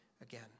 again